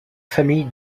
famille